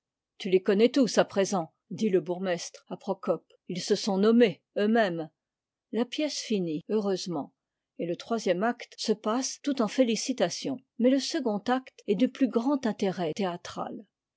tu les connais tous a présent dit ie bourgmestre à procope ils se sont nommés eux-mêmes la pièce finit heureusement et le troisième acte se passe tout en félicitations mais le second acte est du plus grand intérêt théatra